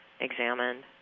examined